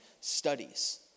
studies